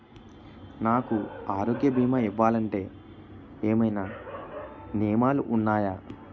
నాకు ఆరోగ్య భీమా ఇవ్వాలంటే ఏమైనా నియమాలు వున్నాయా?